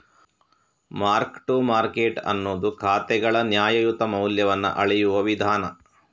mark to market ಅನ್ನುದು ಖಾತೆಗಳ ನ್ಯಾಯಯುತ ಮೌಲ್ಯವನ್ನ ಅಳೆಯುವ ವಿಧಾನ